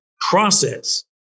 process